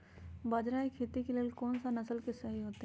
बाजरा खेती के लेल कोन सा नसल के बीज सही होतइ?